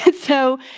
and so,